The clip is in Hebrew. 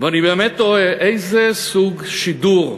ואני ובאמת תוהה, איזה סוג שידור,